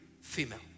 female